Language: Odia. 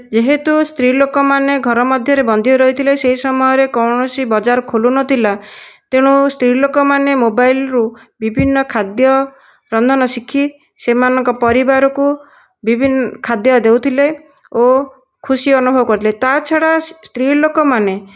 ଯେହେତୁ ସ୍ତ୍ରୀ ଲୋକମାନେ ଘରେ ମଧ୍ୟରେ ବନ୍ଦି ହୋଇ ରହିଥିଲେ ସେ ସମୟରେ କୌଣସି ବଜାର ଖୋଲୁନଥିଲା ତେଣୁ ସ୍ତ୍ରୀ ଲୋକମାନେ ମୋବାଇଲରୁ ବିଭିନ୍ନ ଖାଦ୍ୟ ରନ୍ଧନ ଶିଖି ସେମାନଙ୍କ ପରିବାରକୁ ବିଭିନ୍ନ ଖାଦ୍ୟ ଦେଉଥିଲେ ଓ ଖୁସି ଅନୁଭବ କରୁଥିଲେ ତା ଛଡ଼ା ସ୍ତ୍ରୀ ଲୋକମାନେ